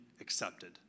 accepted